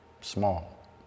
small